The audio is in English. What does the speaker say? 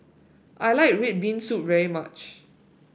I like red bean soup very much